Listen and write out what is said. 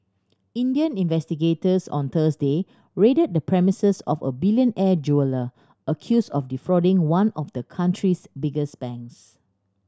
Indian investigators on Thursday raided the premises of a billionaire jeweller accused of defrauding one of the country's biggest banks